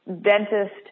dentist